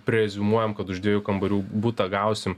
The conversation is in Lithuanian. preziumuojam kad už dviejų kambarių butą gausim